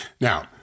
Now